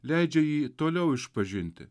leidžia jį toliau išpažinti